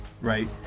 right